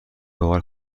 باور